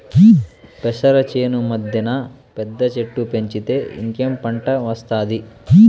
పెసర చేను మద్దెన పెద్ద చెట్టు పెంచితే ఇంకేం పంట ఒస్తాది